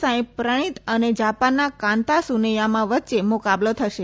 સાંઈપ્રણિત અને જાપાનના Kanta Tsuneyama વચ્ચે મુકાબલો થશે